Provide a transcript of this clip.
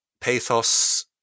pathos